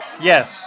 Yes